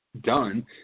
done